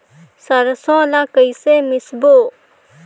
सरसो ला कइसे मिसबो?